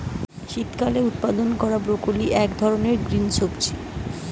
শীতকালে উৎপাদন হায়া ব্রকোলি একটা ধরণের গ্রিন সবজি